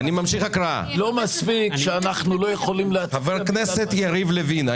לא מספיק שאנחנו לא יכולים להצביע --- חבר הכנסת יריב לוין,